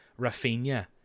Rafinha